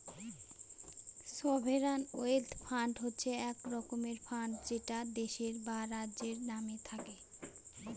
sovereign wealth fund হচ্ছে এক রকমের ফান্ড যেটা দেশের বা রাজ্যের নামে থাকে